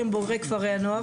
שהם בוגרי כפרי נוער,